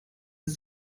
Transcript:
ist